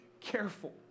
careful